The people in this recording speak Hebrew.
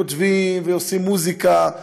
כותבים ועושים מוזיקה.